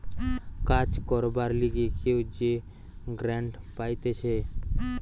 কাজ করবার লিগে কেউ যে গ্রান্ট পাইতেছে